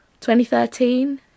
2013